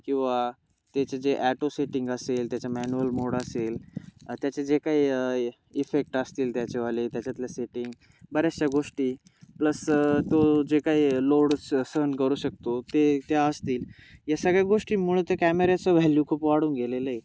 किंवा त्याचे जे ॲटो सेटिंग असेल त्याचं मॅन्युअल मोड असेल त्याचे जे काही इफेक्ट असतील त्याच्यावाले त्याच्यातल्या सेटिंग बऱ्याचशा गोष्टी प्लस तो जे काही लोड स सहन करू शकतो ते त्या असतील या सगळ्या गोष्टींमुळं त्या कॅमेऱ्याचं व्हॅल्यू खूप वाढून गेलेलं आहे